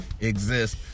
exist